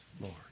Lord